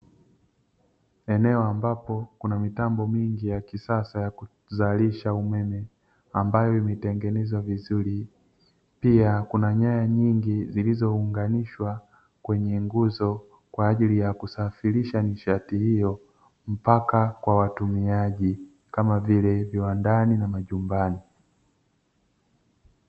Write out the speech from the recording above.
Eneo ambapo kuna mitambo mingi ya kisasa ya kuzalisha umeme, ambayo imetengenezwa vizuri, pia kuna nyaya nyingi zilizounganishwa kwenye nguzo kwa ajili ya kusafirisha nishati hiyo, mpaka kwa watumiaji kama vile: viwandani na majumbani.